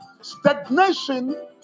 Stagnation